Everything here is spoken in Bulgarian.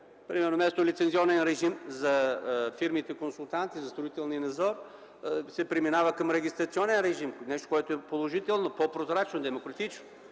пример. Вместо лицензионен режим за фирмите консултанти, за строителния надзор, се преминава към регистрационен режим – нещо, което е положително, по-прозрачно, демократично.